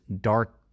dark